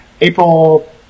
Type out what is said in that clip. April